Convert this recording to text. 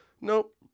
nope